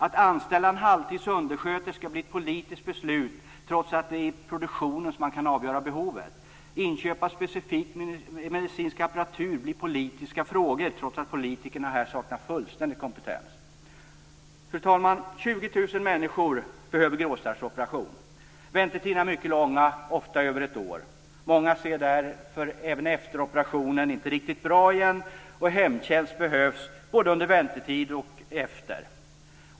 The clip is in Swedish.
Att anställa en undersköterska på halvtid blir ett politiskt beslut, trots att det är i produktionen som man kan avgöra behovet. Inköp av specifik medicinsk apparatur blir politiska frågor, trots att politikerna här fullständigt saknar kompetens. Fru talman! 20 000 människor behöver gråstarrsoperation. Väntetiderna är mycket långa, ofta längre än ett år. Många ser därför inte heller efter en operation riktigt bra. Hemtjänst behövs både under väntetiden och efter operationen.